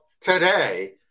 today